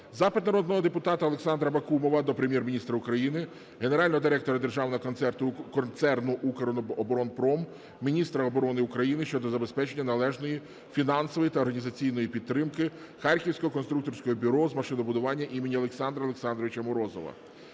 Запит народного депутата Олександра Бакумова до Прем'єр-міністра України, генерального директора Державного концерну "Укроборонпром", міністра оборони України щодо забезпечення належної фінансової та організаційної підтримки Харківського конструкторського бюро з машинобудування імені Олександра Олександровича Морозова.